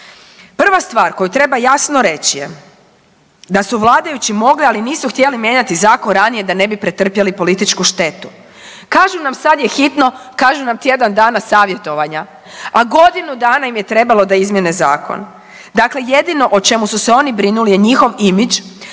Prva stvar koju treba jasno reći je da su vladajući mogli, ali nisu htjeli mijenjati zakon ranije da ne bi pretrpjeli političku štetu. Kažu nam sad je hitno, kažu nam tjedan dana savjetovanja, a godinu dana im je trebalo da izmijene zakon. Dakle, jedino o čemu su se oni brinuli je njihov imidž,